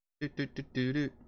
Do-do-do-do-do